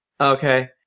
Okay